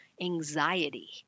anxiety